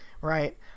right